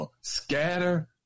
Scatter